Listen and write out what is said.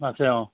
আছে অঁ